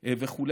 וכו'.